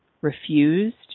refused